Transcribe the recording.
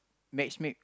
matchmake